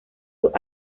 sus